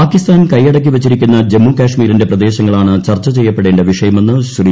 പാകിസ്ഥാൻ കൈയടക്കിവച്ചിരിക്കുന്ന ജമ്മു കാശ്മീരിന്റെ പ്രദേശങ്ങളാണ് ചർച്ച ചെയ്യപ്പെടേണ്ട വിഷയമെന്ന് ശ്രീ